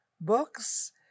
books